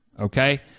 okay